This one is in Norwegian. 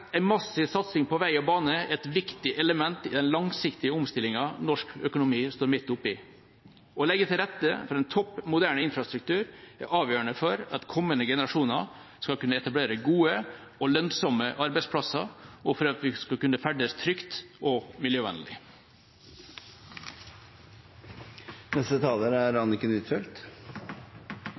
En massiv satsing på vei og bane er et viktig element i den langsiktige omstillingen norsk økonomi står midt oppe i. Å legge til rette for en topp moderne infrastruktur er avgjørende for at kommende generasjoner skal kunne etablere gode og lønnsomme arbeidsplasser, og for at vi skal kunne ferdes trygt og miljøvennlig.